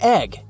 egg